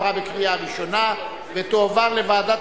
עברה בקריאה ראשונה ותועבר לוועדת